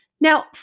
Now